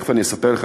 תכף אני אספר לך,